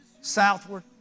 southward